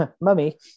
mummy